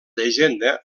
llegenda